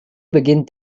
beginnt